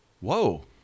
Whoa